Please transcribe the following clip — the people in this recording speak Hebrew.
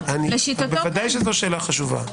זו שאלה חשובה.